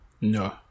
No